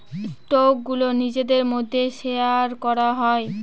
স্টকগুলো নিজেদের মধ্যে শেয়ার করা হয়